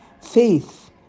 Faith